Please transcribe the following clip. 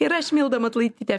ir aš milda matulaitytė